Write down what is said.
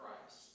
Christ